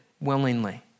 willingly